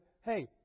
Hey